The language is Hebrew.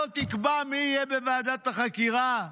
לא תקבע מי יהיה בוועדת החקירה.